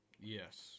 Yes